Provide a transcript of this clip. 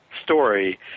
story